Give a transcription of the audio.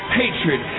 hatred